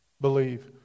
Believe